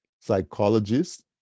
psychologist